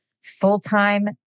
full-time